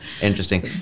Interesting